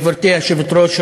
גברתי היושבת-ראש,